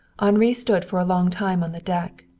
henri stood for a long time on the deck.